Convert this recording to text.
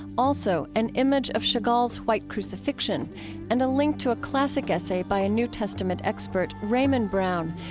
also an image of chagall's white crucifixion and a link to a classic essay by a new testament expert, raymond brown,